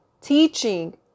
teaching